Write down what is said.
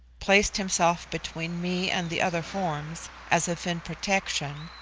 placed himself between me and the other forms, as if in protection,